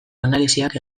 analisiak